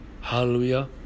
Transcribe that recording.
Hallelujah